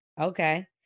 okay